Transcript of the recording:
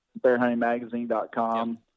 BearHuntingMagazine.com